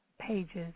pages